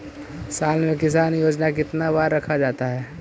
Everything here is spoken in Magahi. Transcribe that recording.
साल में किसान योजना कितनी बार रखा जाता है?